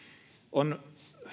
on